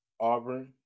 Auburn